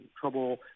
trouble